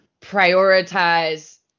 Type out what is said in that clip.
prioritize